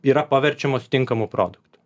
yra paverčiamos tinkamu produktu